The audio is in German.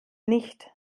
nicht